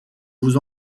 vous